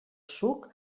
suc